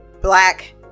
black